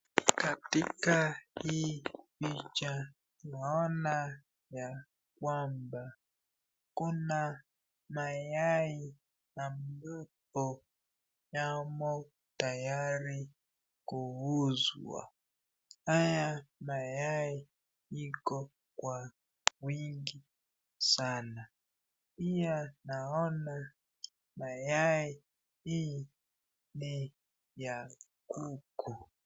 Katika hii picha naona ya kwamba, kuna mayai ya mtu yamo tayari kuuzwa. Haya mayai iko kwa wingi sana pia naona mayai hii ni ya kuku.